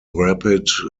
rapid